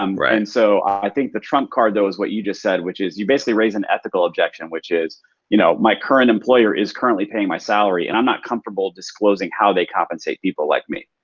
um right. and so i think the trump card though is what you just said which is you basically raise and ethical objection which is you know my current employer is currently paying my salary, and i'm not comfortable disclosing how they compensate people like me.